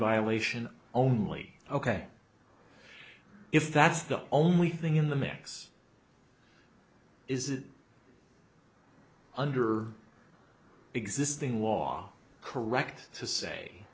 violation only ok if that's the only thing in the mix is it under existing law correct to say